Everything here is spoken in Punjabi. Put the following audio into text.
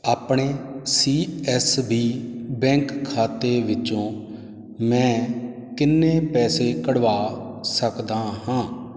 ਆਪਣੇ ਸੀ ਐੱਸ ਬੀ ਬੈਂਕ ਖਾਤੇ ਵਿੱਚੋਂ ਮੈਂ ਕਿੰਨੇ ਪੈਸੇ ਕੱਢਵਾ ਸਕਦਾ ਹਾਂ